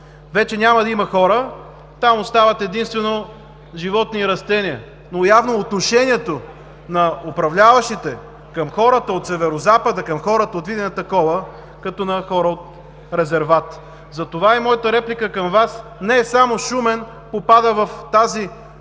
Вече няма да има хора, там остават единствено животни и растения. Явно отношението на управляващите към хората от Северозапада е като към хора от резерват. Затова и моята реплика към Вас е: не само Шумен попада в тази